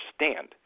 understand